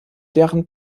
deren